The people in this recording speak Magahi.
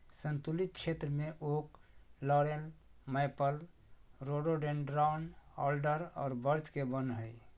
सन्तुलित क्षेत्र में oak, laurel, maple, rhododendron, alder और बर्च के वन हइ